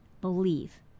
believe